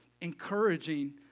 encouraging